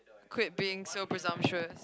quit being so presumptuous